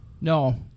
No